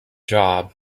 job